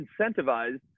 incentivized